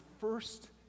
first